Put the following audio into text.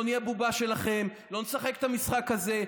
לא נהיה בובה שלכם, לא נשחק את המשחק הזה.